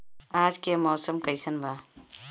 आज के मौसम कइसन बा?